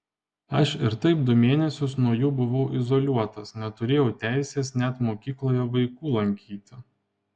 aš ir taip du mėnesius nuo jų buvau izoliuotas neturėjau teisės net mokykloje vaikų lankyti